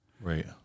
right